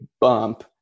bump